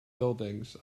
buildings